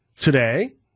today